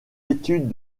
études